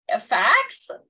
facts